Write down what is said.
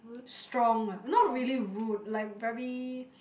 strong ah not really rude like very